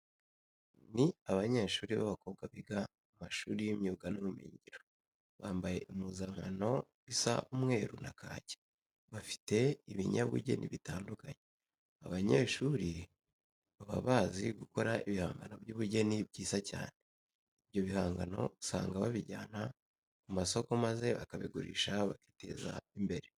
Ni abanyehuri b'abakobwa biga mu mashuri y'imyuga n'ubumenyingiro, bambaye impuzankano isa umweru na kake, bafite ibinyabugeni bitandukanye. Aba banyeshuri baba bazi gukora ibihangano by'ubugeni byiza cyane. Ibyo bihangano usanga babijyana ku masoko maze bakabigurisha bakiteza imbrere.